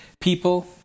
people